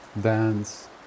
dance